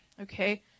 okay